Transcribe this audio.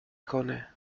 کنه